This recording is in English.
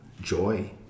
joy